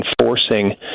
enforcing